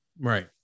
Right